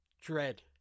Dread